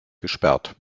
gesperrt